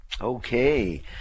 Okay